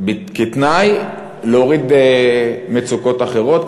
כתנאי להורדת מצוקות אחרות,